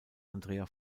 andrea